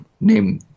name